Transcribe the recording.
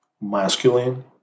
masculine